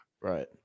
Right